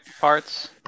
parts